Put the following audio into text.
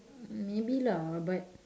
maybe lah but